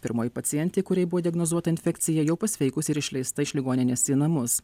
pirmoji pacientė kuriai buvo diagnozuota infekcija jau pasveikusi ir išleista iš ligoninės į namus